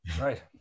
Right